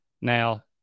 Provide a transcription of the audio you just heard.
Now